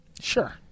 Sure